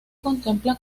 contempla